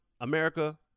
America